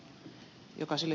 kun nyt ed